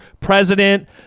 president